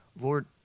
Lord